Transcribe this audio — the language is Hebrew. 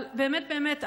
אבל באמת באמת,